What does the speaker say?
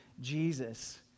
Jesus